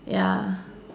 ya